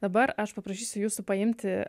dabar aš paprašysiu jūsų paimti